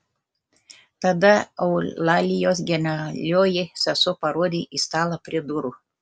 tada eulalijos genialioji sesuo parodė į stalą prie durų